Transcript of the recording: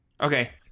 Okay